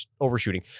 overshooting